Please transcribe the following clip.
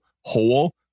hole